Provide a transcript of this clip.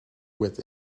with